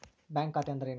Bank ಖಾತೆ ಅಂದರೆ ಏನು?